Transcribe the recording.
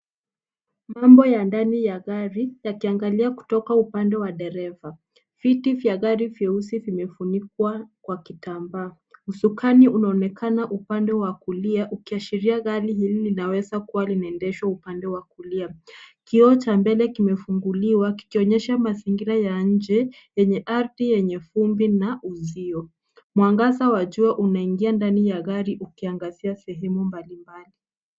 Mambo ya ndani ya gari yakiangalia kutoka upande wa dereva. Viti vya gari vyeusi vimefunikwa kwa kitambaa . Usukani unaonekana upande wa kulia. Ukiashiria gari hili linaweza kuwa linaendeshwa upande wa kulia. Kioo cha mbele kimefunuliwa kikionyesha mazingira ya nje yenye ardhi vumbi na uzio. Mwangaza wa jua unaingia ndani ya gari ukiangazia sehemu mbalimbali.